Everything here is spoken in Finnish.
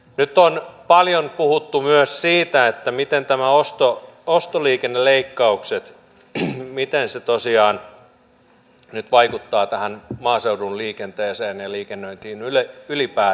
nyt on paljon puhuttu myös siitä että miten nämä ostoliikenneleikkaukset tosiaan nyt vaikuttavat tähän maaseudun liikenteeseen ja liikennöintiin ylipäätänsä